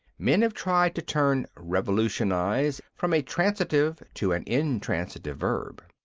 men have tried to turn revolutionise from a transitive to an intransitive verb.